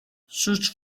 sus